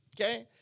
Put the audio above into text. Okay